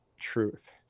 truth